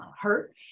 hurt